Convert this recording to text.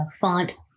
font